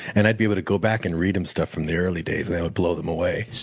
and i'd be able to go back and read them stuff from the early days and that would blow them away.